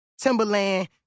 Timberland